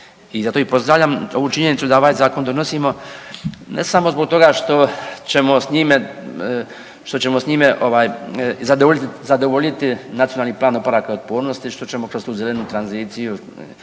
I zato i pozdravljam ovu činjenicu da ovaj zakon donosimo ne samo zbog toga što ćemo s njime, što ćemo s njime ovaj zadovoljiti, zadovoljiti Nacionalni plan oporavka i otpornosti, što ćemo kroz tu zelenu tranziciju